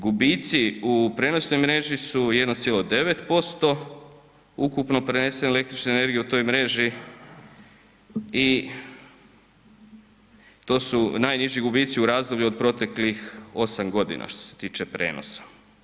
Gubitci u prijenosnoj mreži su 1,9% ukupno prenesene električne energije u toj mreži i to su najniži gubitci u razdoblju od proteklih 8 godina, što se tiče prijenosa.